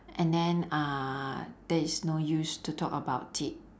and then uh that is no use to talk about it